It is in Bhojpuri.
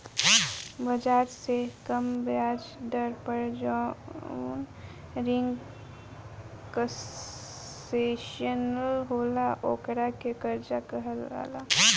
बाजार से कम ब्याज दर पर जवन रिंग कंसेशनल होला ओकरा के कर्जा कहाला